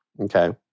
Okay